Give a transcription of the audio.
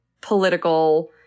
political